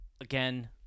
Again